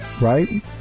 Right